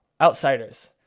Outsiders